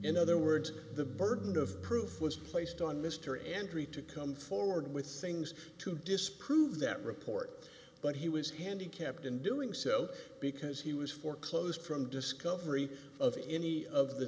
in other words the burden of proof was placed on mr entry to come forward with things to disprove that report but he was handicapped in doing so because he was foreclosed from discovery of any of the